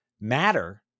Matter